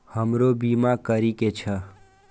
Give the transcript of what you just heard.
हमरो बीमा करीके छः?